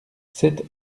sept